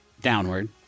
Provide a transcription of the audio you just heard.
downward